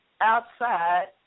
outside